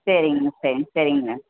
சரிங்க சரிங் சரிங்க